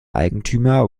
eigentümer